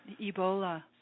Ebola